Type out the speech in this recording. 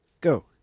Go